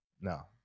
no